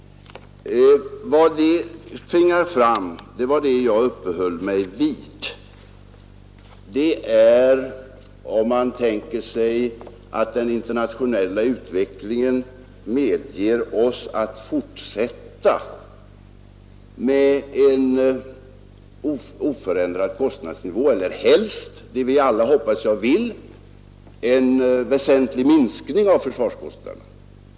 Vad jag uppehöll mig vid var att om den internationella utvecklingen så medger bör vi fortsätta med oförändrad kostnadsnivå för försvaret eller helst — något som vi alla hoppas och önskar — väsentligt minska försvarskostnaderna.